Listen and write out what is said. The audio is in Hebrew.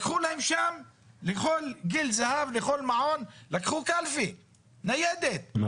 לקחו קלפי ניידת לכל בית אבות.